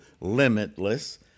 limitless